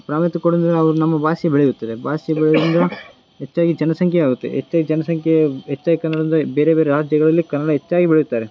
ಪ್ರಾಮುಖ್ಯತೆ ಕೊಡುದರಿಂದ ಅವಾಗ ನಮ್ಮ ಭಾಷೆ ಬೆಳೆಯುತ್ತದೆ ಭಾಷೆ ಬೆಳೆಯುದರಿಂದ ಹೆಚ್ಚಾಗಿ ಜನಸಂಖ್ಯೆ ಆಗುತ್ತೆ ಹೆಚ್ಚಾಯ್ ಜನಸಂಖ್ಯೆ ಹೆಚ್ಚಾಯ್ ಕನ್ನಡ ಅಂದರೆ ಬೇರೆ ಬೇರೆ ರಾಜ್ಯಗಳಲ್ಲಿ ಕನ್ನಡ ಹೆಚ್ಚಾಯ್ ಬೆಳೆಯುತ್ತಾರೆ